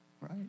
right